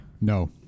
No